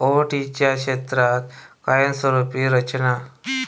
ओहोटीच्या क्षेत्रात कायमस्वरूपी रचना